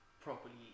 properly